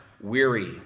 weary